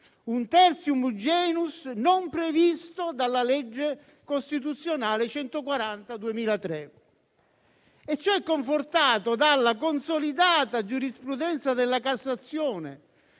un *tertium genus* non previsto dalla legge costituzionale n. 140 del 2003. Ciò è confortato dalla consolidata giurisprudenza della Cassazione